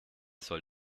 soll